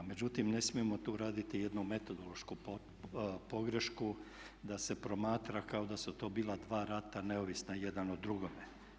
Međutim, ne smijemo tu raditi jednu metodološku pogrešku da se promatra kao da su to bila dva rata neovisna jedan o drugome.